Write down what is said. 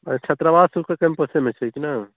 छात्रावास तऽ ओकर कैम्पसेमे छै कि ने